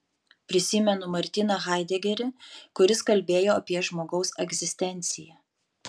prisimenu martiną haidegerį kuris kalbėjo apie žmogaus egzistenciją